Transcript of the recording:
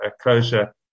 closure